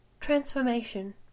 Transformation